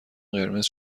قرمز